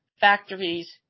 factories